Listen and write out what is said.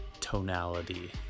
tonality